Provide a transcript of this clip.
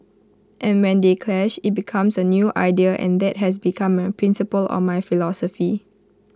and when they clash IT becomes A new idea and that has become my principle or my philosophy